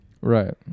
Right